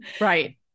right